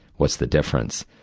what's the difference?